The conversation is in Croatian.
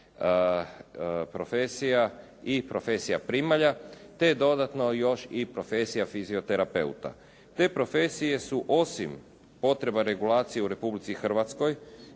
profesija i profesija primalja te dodatno još i profesija fizioterapeuta. Te profesije su osim potreba regulacija u Republici Hrvatskoj